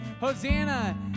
Hosanna